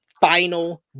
Final